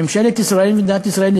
ממשלת ישראל ומדינת ישראל,